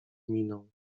miną